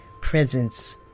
presence